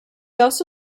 also